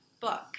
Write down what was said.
book